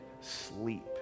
sleep